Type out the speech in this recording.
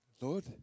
Lord